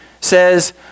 says